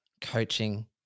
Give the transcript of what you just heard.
coaching